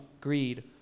greed